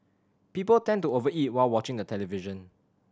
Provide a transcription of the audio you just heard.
people tend to over eat while watching the television